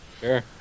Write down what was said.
Sure